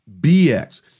BX